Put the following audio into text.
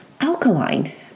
alkaline